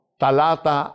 talata